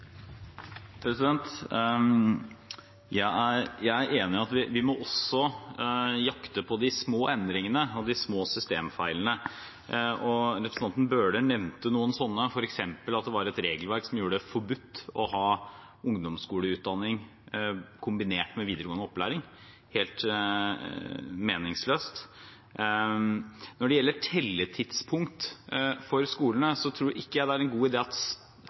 Jeg er enig i at vi også må jakte på de små endringene og de små systemfeilene. Representanten Bøhler nevnte noen slike, f.eks. at det var et regelverk som gjorde det forbudt å ha ungdomsskoleutdanning kombinert med videregående opplæring – helt meningsløst. Når det gjelder telletidspunkt for skolene, er det her to nivåer: Det ene er